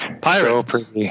Pirates